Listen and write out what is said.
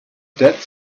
dead